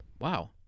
wow